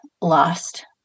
lost